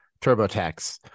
TurboTax